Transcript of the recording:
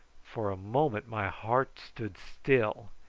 for a moment my heart stood still.